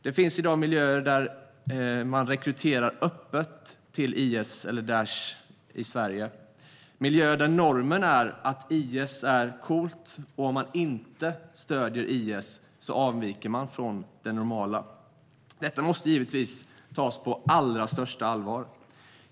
Det finns i dag miljöer i Sverige där man rekryterar öppet till IS/Daish. Det är miljöer där normen är att IS är coolt och att man om man inte stöder IS avviker från det normala. Detta måste givetvis tas på allra största allvar.